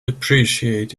appreciate